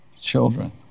children